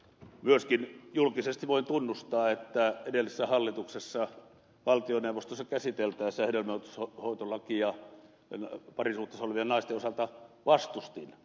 myöskin julkisesti voin tunnustaa että edellisessä hallituksessa valtioneuvostossa hedelmöityshoitolakia parisuhteessa olevien naisten osalta käsiteltäessä vastustin sitä